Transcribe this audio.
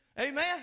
Amen